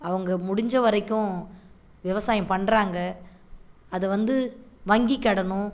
அவங்க முடிஞ்ச வரைக்கும் விவசாயம் பண்றாங்க அதை வந்து வங்கி கடனும்